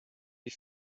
wie